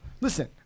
listen